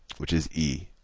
which is e.